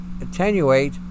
attenuate